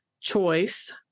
choice